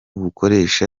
bukoresha